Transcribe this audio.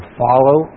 follow